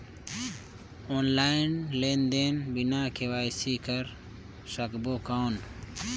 Online लेनदेन बिना KYC कर सकबो कौन??